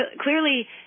clearly